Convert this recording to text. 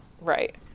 Right